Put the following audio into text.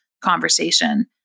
conversation